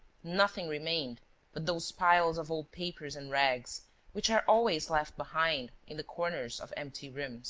nothing remained but those piles of old papers and rags which are always left behind in the corners of empty rooms